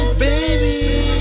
baby